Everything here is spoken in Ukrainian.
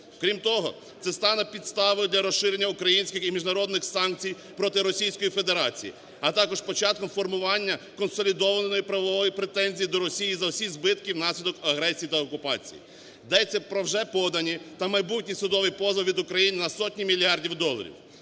Крім того, це стане підставою для розширення українських і міжнародних санкцій проти Російської Федерації, а також початком формування консолідованої правової претензії до Росії за всі збитки внаслідок агресії та окупації. Йдеться про вже подані та майбутній судовий позов від України на сотні мільярдів доларів.